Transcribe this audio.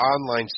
online